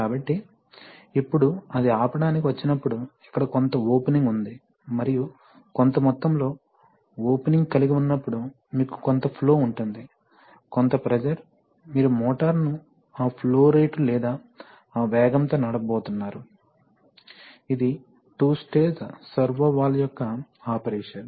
కాబట్టి ఇప్పుడు అది ఆపడానికి వచ్చినప్పుడు ఇక్కడ కొంత ఓపెనింగ్ ఉంది మరియు కొంత మొత్తంలో ఓపెనింగ్ కలిగి ఉన్నప్పుడు మీకు కొంత ఫ్లో ఉంటుంది కొంత ప్రెషర్ మీరు మోటారును ఆ ఫ్లో రేటు లేదా ఆ వేగంతో నడపబోతున్నారు ఇది టు స్టేజ్ సర్వో వాల్వ్ యొక్క ఆపరేషన్